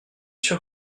sûr